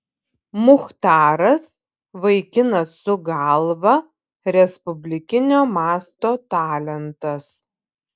muchtaras vaikinas su galva respublikinio masto talentas